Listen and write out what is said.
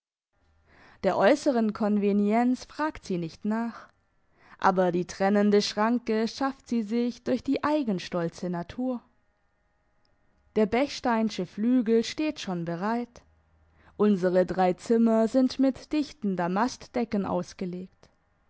der äusseren konvenienz fragt sie nicht nach aber die trennende schranke schafft sie sich durch die eigenstolze natur der bechsteinsche flügel steht schon bereit unsere drei zimmer sind mit dichten damastdecken ausgelegt